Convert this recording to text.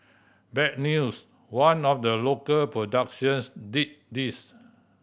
bad news one of the local productions did this